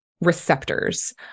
receptors